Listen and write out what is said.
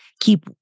keep